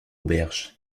auberge